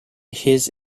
his